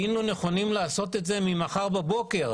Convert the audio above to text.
היינו נכונים לעשות את זה ממחר בבוקר